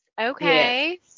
Okay